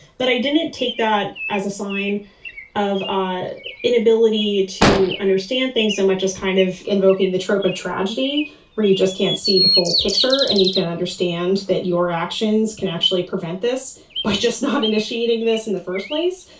but i didn't take that as a sign of ah inability to understand things so much as kind of invoking the trope of tragedy where you just can't see the whole picture and you can understand that your actions can actually prevent this by just not initiating this in the first place.